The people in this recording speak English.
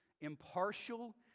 impartial